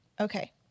Okay